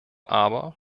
aber